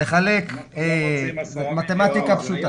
מתמטיקה פשוטה.